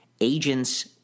agents